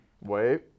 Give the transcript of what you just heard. Wait